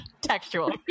textual